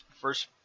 first